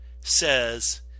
says